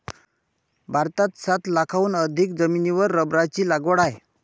भारतात सात लाखांहून अधिक जमिनीवर रबराची लागवड आहे